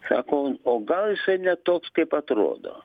sako o gal jisai ne toks kaip atrodo